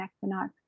equinox